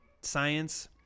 science